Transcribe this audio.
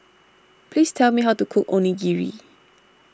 please tell me how to cook Onigiri